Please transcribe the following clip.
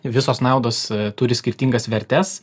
visos naudos turi skirtingas vertes